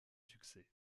succès